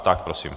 Tak, prosím.